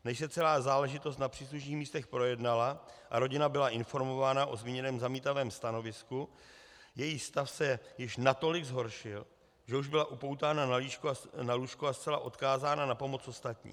Než se celá záležitost na příslušných místech projednala a rodina byla informována o zmíněném zamítavém stanovisku, její stav se již natolik zhoršil, že již byla upoutána na lůžko a zcela odkázána na pomoc ostatních.